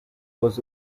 was